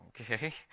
okay